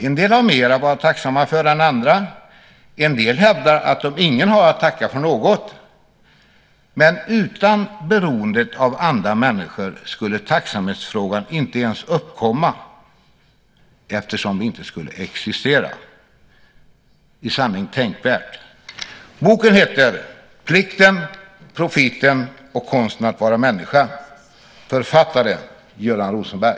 En del har mer att vara tacksamma för än andra, en del hävdar att de ingen har att tacka för något, men utan beroendet av andra människor skulle tacksamhetsfrågan inte ens uppkomma eftersom vi inte skulle existera. Det är i sanning tänkvärt. Boken heter Plikten, profiten och konsten att vara människa . Författare: Göran Rosenberg.